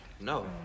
No